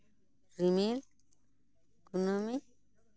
ᱨᱤᱢᱤᱞ ᱠᱩᱱᱟᱹᱢᱤ